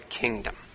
kingdom